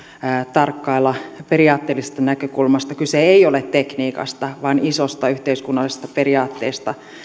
tarkkailla periaatteellisesta näkökulmasta kyse ei ole tekniikasta vaan isosta yhteiskunnallisesta periaatteesta